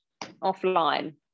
offline